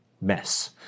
mess